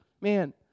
man